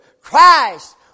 Christ